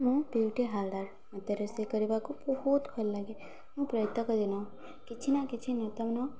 ମୁଁ ବିୟୁଟି ହାଦର ମୋତେ ରୋଷେଇ କରିବାକୁ ବହୁତ ଭଲଲାଗେ ମୁଁ ପ୍ରତ୍ୟେକ ଦିନ କିଛି ନା କିଛି ନୂତନ